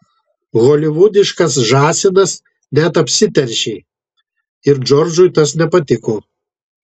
holivudiškas žąsinas net apsiteršė ir džordžui tas nepatiko